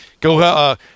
Go